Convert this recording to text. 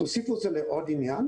תוסיפו את זה לעוד עניין.